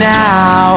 now